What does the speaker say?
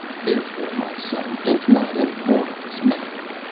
therefore, my son, think not any more of this matter,